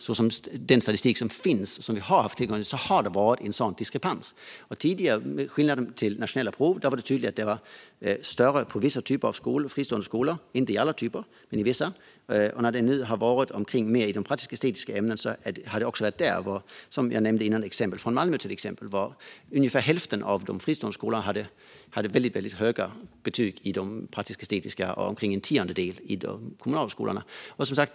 Enligt den statistik som finns, som vi har haft tillgång till, har det funnits en sådan diskrepans. När det gäller nationella prov var diskrepansen större på vissa typer av fristående skolor - inte i alla typer men i vissa. Det har även förekommit i de praktisk-estetiska ämnena. Jag nämnde tidigare exemplet från Malmö - ungefär hälften av de fristående skolorna hade väldigt höga betyg i de praktisk-estetiska ämnena, medan omkring en tiondel av de kommunala skolorna hade det.